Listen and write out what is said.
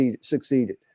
succeeded